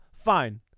Fine